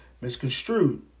misconstrued